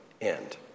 end